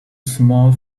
small